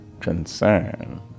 concern